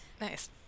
nice